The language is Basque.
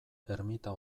ermita